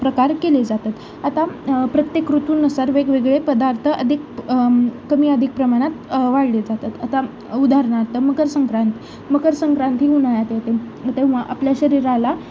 प्रकार केले जातात आता प्रत्येक ऋतूनुसार वेगवेगळे पदार्थ अधिक कमी अधिक प्रमाणात वाढले जातात आता उदाहरणार्थ मकरसंक्रांत मकरसंक्रांती ही उन्हाळ्यात येते ते आपल्या शरीराला